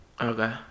Okay